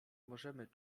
możemy